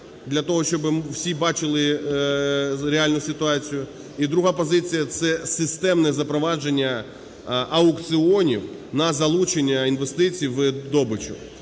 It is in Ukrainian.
для того, щоб всі бачили реальну ситуацію. І друга позиція – це системне запровадження аукціонів на залучення інвестицій у добичу.